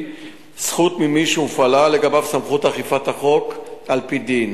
זכות ממי שהופעלה לגביו סמכות אכיפת החוק על-פי דין,